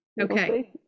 okay